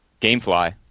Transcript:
Gamefly